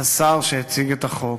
השר שהציג את החוק.